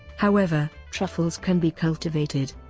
however, truffles can be cultivated.